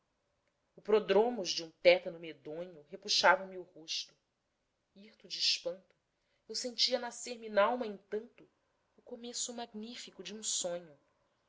o prodromos de um tétano medonho repuxavam me o rosto hirto de espanto eu sentia nascer me nalma entanto o começo magnífico de um sonho